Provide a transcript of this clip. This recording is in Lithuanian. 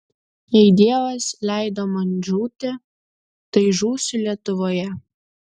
jei dievas leido man žūti tai žūsiu lietuvoje